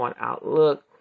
Outlook